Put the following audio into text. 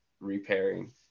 repairing